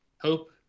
hope